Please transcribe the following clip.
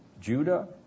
Judah